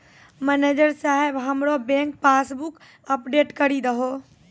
manager साहेब हमरो bank passbook update करि दहो